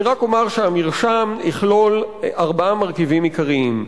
אני רק אומר שהמרשם יכלול ארבעה מרכיבים עיקריים: